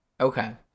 okay